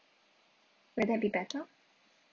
will that be better